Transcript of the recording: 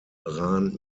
ran